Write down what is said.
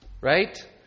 right